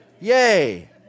Yay